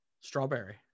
Strawberry